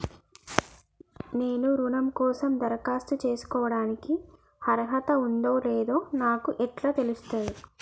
నేను రుణం కోసం దరఖాస్తు చేసుకోవడానికి అర్హత ఉందో లేదో నాకు ఎట్లా తెలుస్తది?